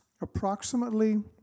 approximately